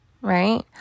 right